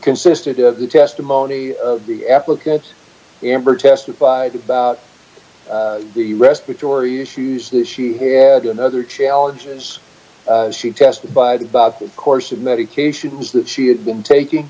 consisted of the testimony of the applicants d amber testified about the respiratory issues the she had another challenge as she testified about the course of medications that she had been taking